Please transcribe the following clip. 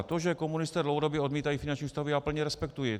To, že komunisté dlouhodobě odmítají finanční ústavu, já plně respektuji.